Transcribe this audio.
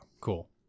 Cool